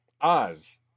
Oz